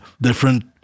different